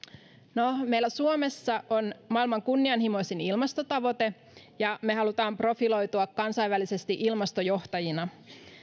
no meillä suomessa on maailman kunnianhimoisin ilmastotavoite ja me haluamme profiloitua kansainvälisesti ilmastojohtajina